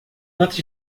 antes